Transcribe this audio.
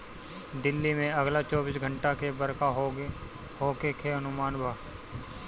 दिल्ली में अगला चौबीस घंटा ले बरखा होखे के अनुमान बा